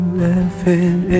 laughing